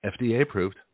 FDA-approved